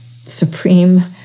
supreme